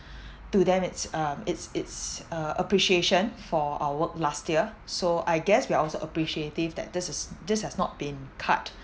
to them it's um it's it's a appreciation for our work last year so I guess we're also appreciative that this is this has not been cut